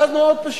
ואז מאוד פשוט: